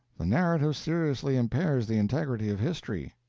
the narrative seriously impairs the integrity of history.